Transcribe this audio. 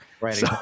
Right